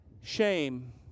shame